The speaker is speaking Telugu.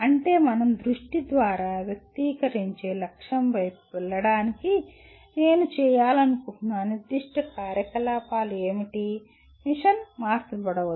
అంటే మనం దృష్టి ద్వారా వ్యక్తీకరించే లక్ష్యం వైపు వెళ్ళడానికి నేను చేయాలనుకుంటున్న నిర్దిష్ట కార్యకలాపాలు ఏమిటి మిషన్ మార్చబడవచ్చు